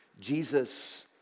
Jesus